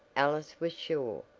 alice was sure,